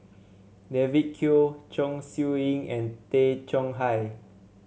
David Kwo Chong Siew Ying and Tay Chong Hai